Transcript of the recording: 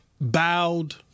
bowed